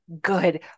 good